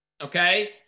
okay